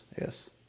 Yes